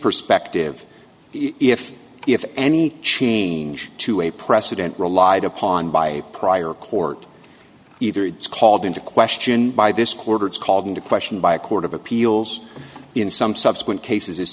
perspective if if any change to a precedent relied upon by a prior court either it's called into question by this quarter it's called into question by a court of appeals in some subsequent cases i